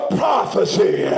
prophecy